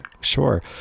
Sure